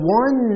one